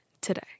today